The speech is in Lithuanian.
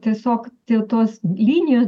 tiesiog tie tos linijos